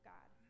God